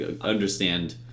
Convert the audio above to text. Understand